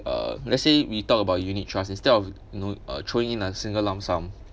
uh let's say we talk about unit trust instead of you know uh throwing in a single lump sum